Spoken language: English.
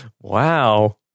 Wow